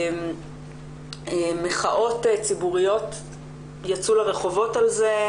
מחאות ציבוריות יצאו לרחובות על כך,